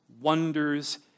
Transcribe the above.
wonders